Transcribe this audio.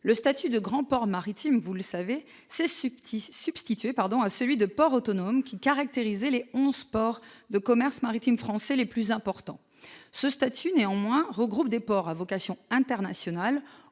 le statut de grand port maritime s'est substitué à celui de port autonome, qui caractérisait les onze ports de commerce maritime français les plus importants. Ce statut, néanmoins, regroupe des ports à vocation internationale,